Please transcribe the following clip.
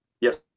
Yes